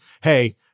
hey